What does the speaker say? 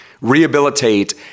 rehabilitate